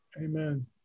Amen